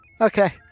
Okay